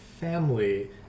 family